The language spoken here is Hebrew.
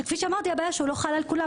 כפי שאמרתי, הבעיה היא שהוא לא חל על כולם.